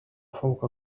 فوق